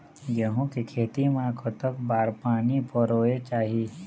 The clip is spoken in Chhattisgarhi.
गेहूं के खेती मा कतक बार पानी परोए चाही?